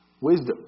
wisdom